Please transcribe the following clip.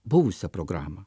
buvusią programą